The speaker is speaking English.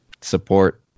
support